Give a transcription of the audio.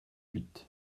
huit